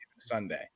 Sunday